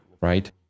right